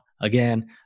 again